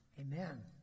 amen